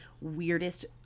weirdest